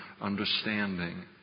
understanding